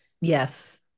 Yes